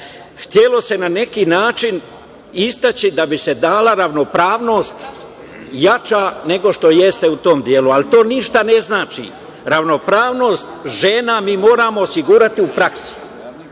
se na neki način istaći da bi se dala ravnopravnost jača nego što jeste u tom delu, ali to ništa ne znači. Ravnopravnost žena mi moramo osigurati u praksi.